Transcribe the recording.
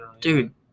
dude